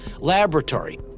laboratory